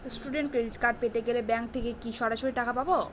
Student credit card পেতে গেলে bank থেকে কি সরাসরি টাকা পাবো?